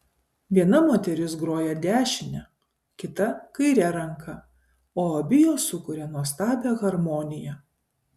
viena moteris groja dešine kita kaire ranka o abi jos sukuria nuostabią harmoniją